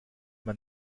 man